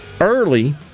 early